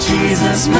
Jesus